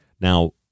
Now